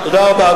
תודה רבה.